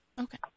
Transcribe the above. Okay